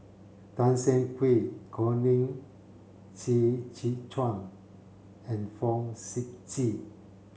Tan Siah Kwee Colin Qi Zhe Quan and Fong Sip Chee